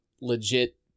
legit